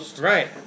Right